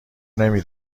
نمی